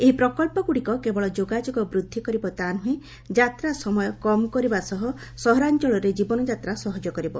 ଏହି ପ୍ରକବ୍ଧଗୁଡ଼ିକ କେବଳ ଯୋଗାଯୋଗ ବୃଦ୍ଧି କରିବ ତାହା ନୁହେଁ ଯାତ୍ରା ସମୟ କମ୍ କରିବା ସହ ସହରାଞ୍ଚଳରେ ଜୀବନଯାତ୍ରା ସହଜ କରିବ